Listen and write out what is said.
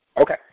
Okay